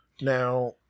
now